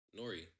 Nori